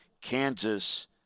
Kansas